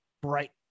bright